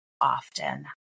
often